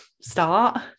start